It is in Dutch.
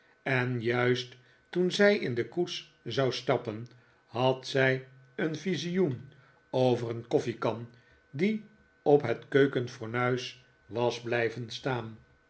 en juist toen zij in de koets zou stappen had zij een visioen over een koffiekan die op het keukenfornuis was blijven staan